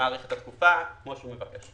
שמאריך את התקופה כפי שהוא מבקש.